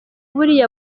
buriya